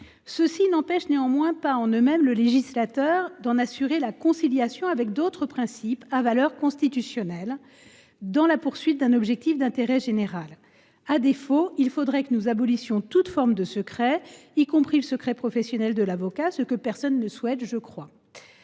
Rien n’empêche néanmoins le législateur d’en assurer la conciliation avec d’autres principes à valeur constitutionnelle si cette conciliation est justifiée par un objectif d’intérêt général. À défaut, il faudrait que nous abolissions toute forme de secret, y compris le secret professionnel de l’avocat, ce que personne ne souhaite, me semble